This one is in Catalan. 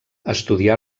estudià